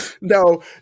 No